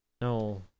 No